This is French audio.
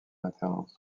alternance